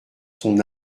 son